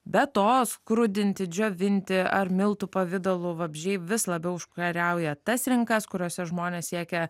be to skrudinti džiovinti ar miltų pavidalu vabzdžiai vis labiau užkariauja tas rinkas kuriose žmonės siekia